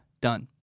done